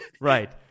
Right